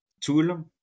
tool